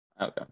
Okay